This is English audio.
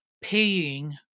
paying